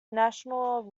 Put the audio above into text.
national